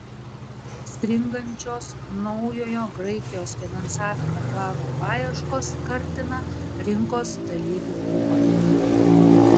stringančios naujojo graikijos finansavimo plano paieškos kartina rinkos dalyvių ūpą